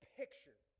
picture